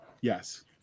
Yes